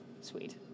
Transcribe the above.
Sweet